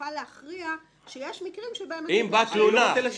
תוכל להכריע שיש מקרים שבהם אתה תאשר --- אני לא רוצה לשנות